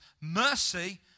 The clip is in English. Mercy